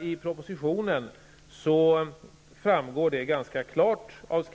I propositionen framgår det ganska klart att